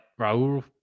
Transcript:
Raul